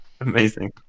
Amazing